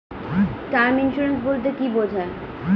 Term insurance বলতে কী বোঝায়?